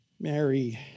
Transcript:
Mary